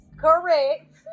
correct